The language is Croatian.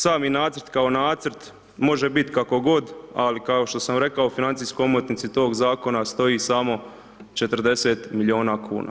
Sami nacrt kao nacrt, može bit kako god, ali kao što sam rekao u financijskoj omotnici tog zakona stoji samo 40 milijuna kuna.